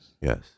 Yes